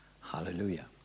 Hallelujah